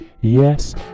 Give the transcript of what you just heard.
Yes